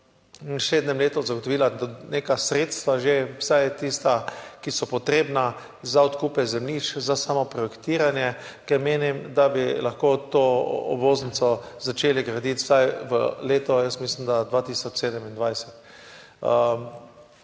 naslednjem letu zagotovila neka sredstva, vsaj tista, ki so potrebna za odkupe zemljišč, za samo projektiranje, ker menim, da bi lahko to obvoznico začeli graditi vsaj v letu 2027.